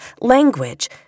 language